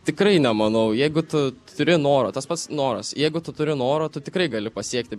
tikrai nemanau jeigu tu turi noro tas pats noras jeigu tu turi noro tu tikrai gali pasiekti